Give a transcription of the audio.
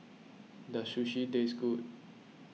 does Sushi taste good